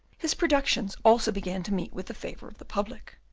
his productions also began to meet with the favour of the public.